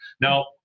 Now